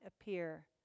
appear